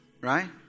right